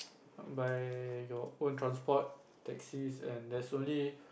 by you own transport taxis and there's only